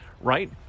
right